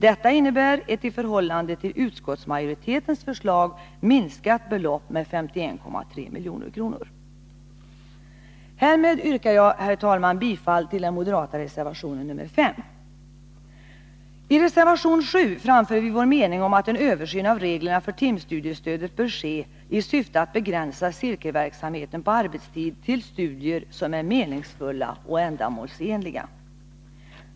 Detta innebär ett i förhållande till utskottsmajoritetens förslag med 51,3 milj.kr. minskat belopp. Härmed yrkar jag, herr talman, bifall till den moderata reservationen på I reservation 7 framför vi vår mening om att en översyn av reglerna för timstudiestödet bör ske i syfte att begränsa cirkelverksamheten på arbetstid till studier som är meningsfulla och ändamålsenliga.